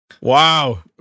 Wow